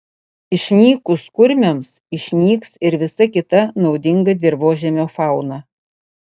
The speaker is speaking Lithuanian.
išnykus kurmiams išnyks ir visa kita naudinga dirvožemio fauna